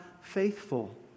faithful